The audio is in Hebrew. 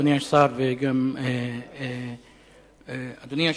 אדוני השר, אדוני היושב-ראש,